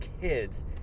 kids